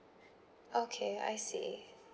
okay I see